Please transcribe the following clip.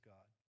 God